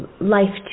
life